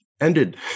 ended